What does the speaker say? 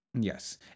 yes